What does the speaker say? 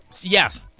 Yes